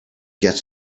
gets